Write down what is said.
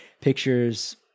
pictures